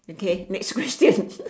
okay next question